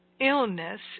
illness